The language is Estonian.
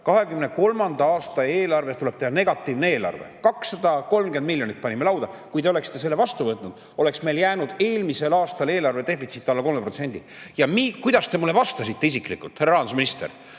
2023. aasta eelarvest tuleb teha negatiivne eelarve. 230 miljonit panime lauda. Kui te oleksite selle vastu võtnud, oleks meil jäänud eelmisel aastal eelarve defitsiit alla 3%. Ja kuidas te mulle vastasite isiklikult, härra rahandusminister?